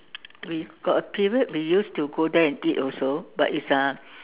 we got a period we used to go there and eat also but it's uh